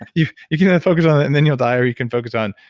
you you can focus on that and then you'll die, or you can focus on,